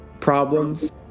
problems